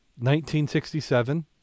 1967